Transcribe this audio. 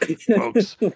folks